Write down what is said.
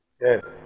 Yes